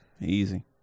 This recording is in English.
Easy